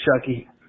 Chucky